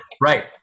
right